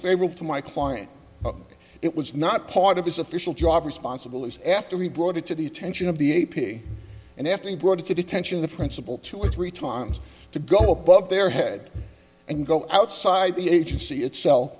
favorable to my client it was not part of his official job responsibilities after we brought it to the attention of the a p and after he brought it to detention the principal two or three times to go above their head and go outside the agency itself